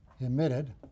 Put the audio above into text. emitted